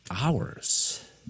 hours